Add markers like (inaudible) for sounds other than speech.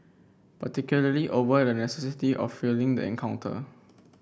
particularly over the (unintelligible) of feeling the encounter